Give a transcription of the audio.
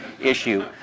issue